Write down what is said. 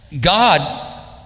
God